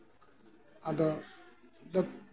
ᱟᱫᱚ